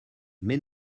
mais